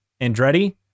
Andretti